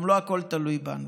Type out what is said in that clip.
גם לא הכול תלוי בנו.